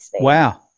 Wow